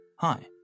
Hi